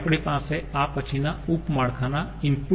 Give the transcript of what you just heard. હવે આપણી પાસે આ પછીના ઉપ માળખાના ઈનપુટ તરીકે 2